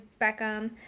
Beckham